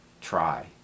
try